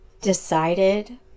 decided